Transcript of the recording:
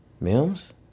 Mims